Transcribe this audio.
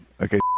Okay